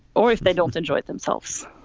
or if they don't enjoy themselves.